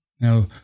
Now